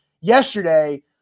yesterday